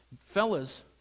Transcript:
fellas